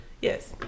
Yes